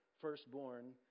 firstborn